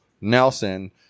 Nelson